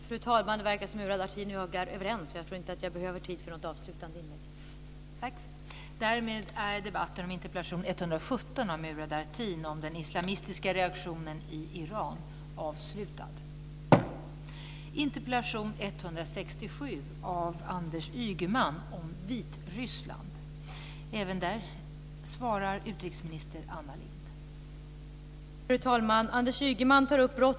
Fru talman! Det verkar som om Murad Artin och jag är överens, och jag tror inte att jag behöver tid för något avslutande inlägg.